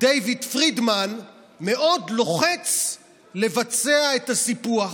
דייוויד פרידמן מאוד לוחץ לבצע את הסיפוח,